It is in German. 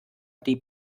die